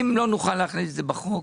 אם לא נוכל להכניס את זה בחוק,